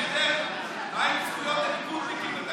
מה עם זכויות הליכודניקים?